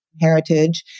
heritage